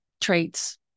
traits